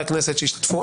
לחברי הכנסת שהשתתפו.